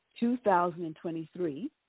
2023